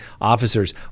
officers